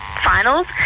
finals